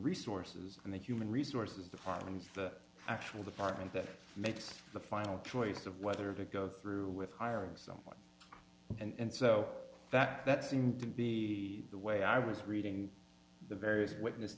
resources and the human resources department the actual department that makes the final choice of whether to go through with hiring someone and so that that seemed to be the way i was reading the various witness